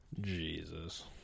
Jesus